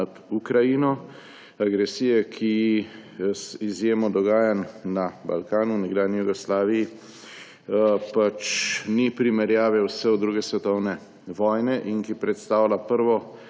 nad Ukrajino, agresije, ki ji z izjemo dogajanj na Balkanu v nekdanji Jugoslaviji ni primerjave vse od druge svetovne vojne in ki predstavlja prvo